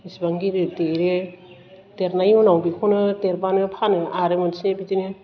बिसिबां गिदिर देरो देरनायनि उनाव बेखौनो देरबानो फानो आरो मोनसे बिदिनो